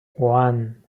one